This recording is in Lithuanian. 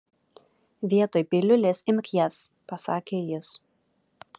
vietoj piliulės imk jas pasakė jis